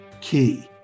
key